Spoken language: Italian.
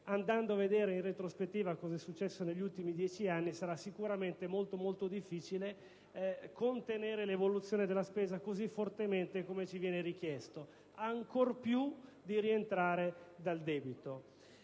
Analizzando in retrospettiva cosa è successo negli ultimi dieci anni, sarà sicuramente molto difficile contenere l'evoluzione della spesa così fortemente come ci viene richiesto; ancora più difficile sarà rientrare dal debito.